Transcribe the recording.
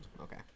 okay